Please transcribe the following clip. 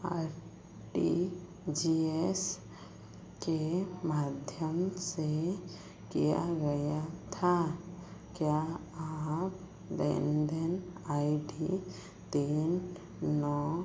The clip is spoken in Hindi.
आर टी जी एस के माध्यम से किया गया था क्या आप लेन देन आई डी तीन नौ